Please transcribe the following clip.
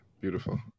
Beautiful